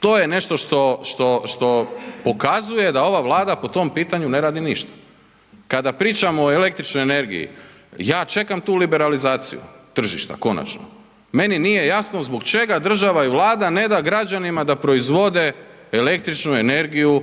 to je nešto što pokazuje da ova Vlada po tom pitanju ne radi ništa. Kada pričamo o električnoj energiji, ja čekam tu liberalizaciju tržišta konačno. Meni nije jasno zbog čega država i Vlada ne da građanima da proizvode električnu energiju